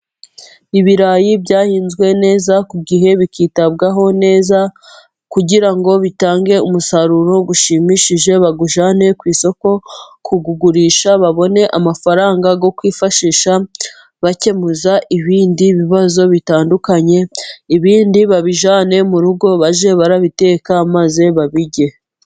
Ibirayi byahinzwe neza ku gihe, bikitabwaho neza kugira ngo bitange umusaruro ushimishije, bawujyane ku isoko kugurisha, babone amafaranga yo kwifashisha bakemuza ibindi bibazo bitandukanye, ibindi babijyane mu rugo bajye babiteka maze babirye.